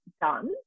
done